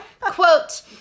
Quote